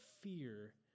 fear